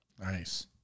Nice